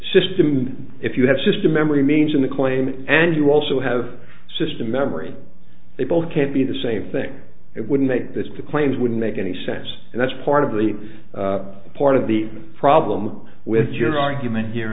system and if you have system memory means in the claim and you also have a system memory they both can't be the same thing it would make this the claims wouldn't make any sense and that's part of the part of the problem with your argument here